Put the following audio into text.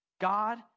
God